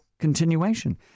continuation